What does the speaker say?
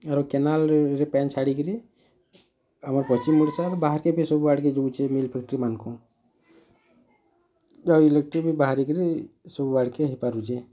ଆର୍ କେନାଲ୍ରେ ପାନ୍ ଛାଡ଼ିକିରି ଆମେ ପଶ୍ଚିମ୍ ଓଡ଼ିଶାର୍ ବାହାର୍ କେ ବି ସବୁ ଆଡ଼ିକେ ଯାଉଛେ ମିଲ୍ ଫ୍ୟାକ୍ଟ୍ରିମାନଙ୍କୁ ଯେଉଁ ଇଲେକ୍ଟ୍ରି ବି ବାହରିକିରି ସବୁ ଆଡ଼କେ ହେଇ ପାରୁଛେ